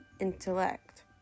intellect